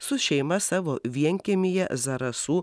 su šeima savo vienkiemyje zarasų